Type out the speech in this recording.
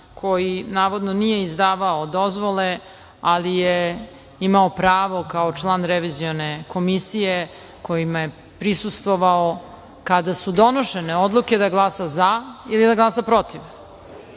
koji navodno nije izdavao dozvole ali je imao pravo kao član Revizione komisije, kojima je prisustvovao kada su donošene odluke da glasa za i da glasa protiv. Tako